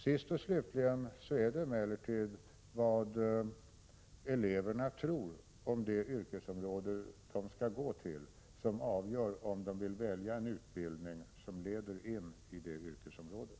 Sist och slutligen är det emellertid vad eleverna tror om det yrkesområde som de skall gå till som avgör om de vill välja en utbildning som leder in i det yrkesområdet.